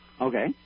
Okay